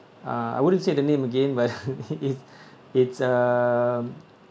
uh I wouldn't say the name again but it it's uh